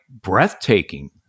breathtaking